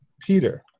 Peter